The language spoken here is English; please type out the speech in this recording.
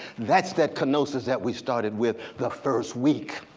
that's that kenosis that we started with the first week,